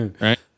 right